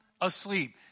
asleep